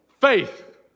faith